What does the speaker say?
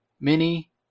mini